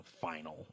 final